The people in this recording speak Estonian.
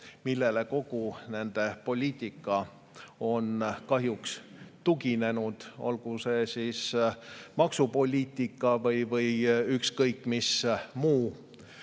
millele kogu nende poliitika on kahjuks tuginenud, olgu see maksupoliitika või ükskõik mis muu.